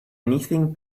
anything